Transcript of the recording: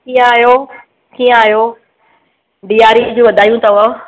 कीअं आयो कीअं आयो ॾियारी जी वाधायूं अथव